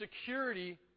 security